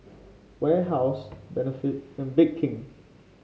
Warehouse Benefit and Bake King